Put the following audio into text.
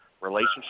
relationship